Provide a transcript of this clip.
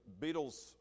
Beatles